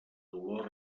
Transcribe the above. dolor